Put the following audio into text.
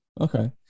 Okay